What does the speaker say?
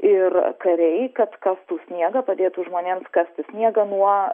ir kariai kad kastų sniegą padėtų žmonėms kasti sniegą nuo